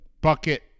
bucket